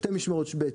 שתי משמרות ב',